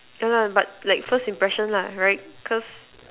yeah lah but like first impression lah right cause